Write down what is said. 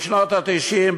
בשנות ה-90,